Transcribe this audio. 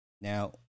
Now